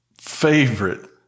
favorite